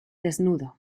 desnudo